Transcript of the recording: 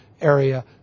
area